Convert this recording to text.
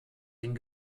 den